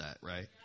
right